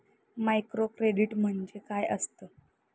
Microcredit म्हणजे काय असतं?